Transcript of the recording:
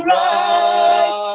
rise